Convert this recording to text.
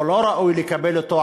או לא ראוי לקבל אותו,